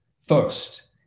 first